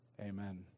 Amen